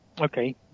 Okay